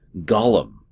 Gollum